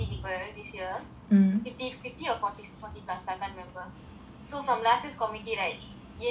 fifty fifty ot forty plus I can't remember so from last year community right you because last year I was year one